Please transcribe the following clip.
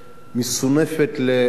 שמסונפת לאו"ם,